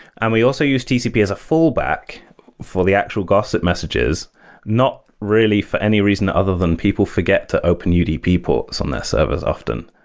and we also use tcp as a full back for the actual gossip messages not really for any reason other than people forget to open udp ports so on their servers often.